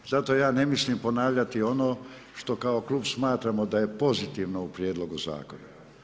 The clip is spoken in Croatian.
Zato ja ne mislim ponavljati ono što kao klub smatramo da je pozitivno u prijedlogu zakona.